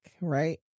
right